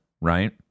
right